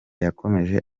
yakomeje